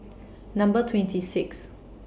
Number twenty six